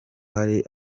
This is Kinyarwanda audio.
hari